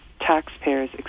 taxpayers